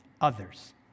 others